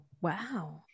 Wow